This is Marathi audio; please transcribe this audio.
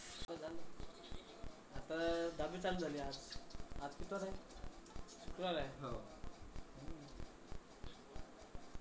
किडे अवसच्या दिवशी आंडे घालते का?